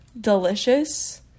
delicious